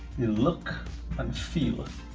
the look and feel. when